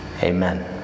Amen